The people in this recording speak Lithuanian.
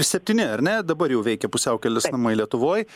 septyni ar ne dabar jau veikia pusiaukelės namai lietuvoj